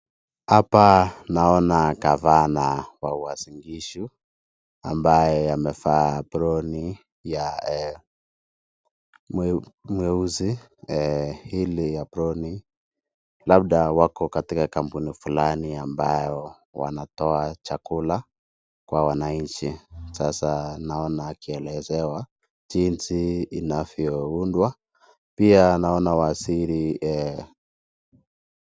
Hapa naona gavana wa Uasin Gishu ambaye amevaa aproni ya mweusi ili ya aproni. Labda wako katika kampuni fulani ambayo wanatoa chakula kwa wananchi. Sasa naona akielezewa jinsi inavyoundwa. Pia naona wasiri.